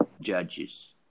judges